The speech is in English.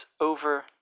over